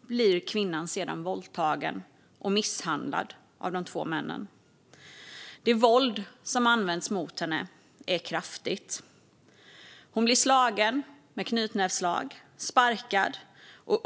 blir kvinnan sedan våldtagen och misshandlad av de två männen. Det våld som används mot henne är kraftigt. Hon blir slagen med knytnävsslag och sparkad.